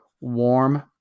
warm